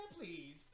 please